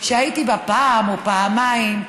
שהייתי בה פעם או פעמיים,